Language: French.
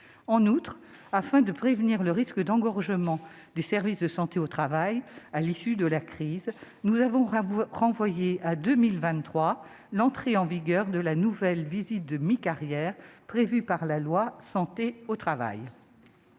En outre, afin de prévenir un risque d'engorgement des services de santé au travail à l'issue de la crise, nous avons renvoyé à 2023 l'entrée en vigueur de la nouvelle visite médicale de mi-carrière prévue par la loi du 2 août